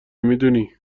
میدونی